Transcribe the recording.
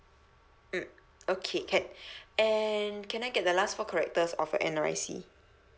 mm okay can and can I get the last four characters of your N_R_I_C